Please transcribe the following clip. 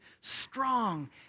strong